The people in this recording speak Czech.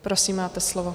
Prosím, máte slovo.